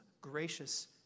gracious